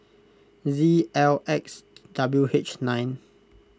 Z L X W H nine